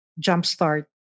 jumpstart